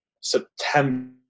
September